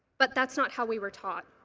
but that is not how we were taught.